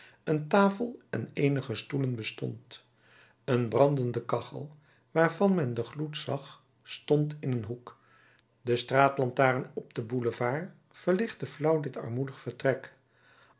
een tafel en eenige stoelen bestond een brandende kachel waarvan men den gloed zag stond in een hoek de straatlantaarn op den boulevard verlichtte flauw dit armoedig vertrek